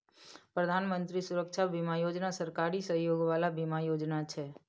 प्रधानमंत्री सुरक्षा बीमा योजना सरकारी सहयोग बला बीमा योजना छै